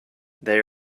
they